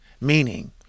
meaning